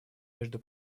между